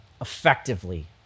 effectively